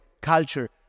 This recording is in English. culture